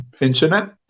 internet